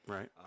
Right